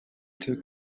took